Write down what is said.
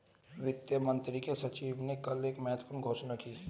वित्त मंत्री के सचिव ने कल एक महत्वपूर्ण घोषणा की